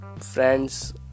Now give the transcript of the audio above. friends